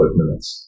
minutes